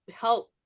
help